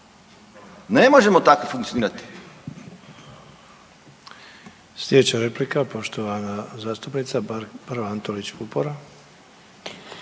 Ne možemo tako funkcionirati.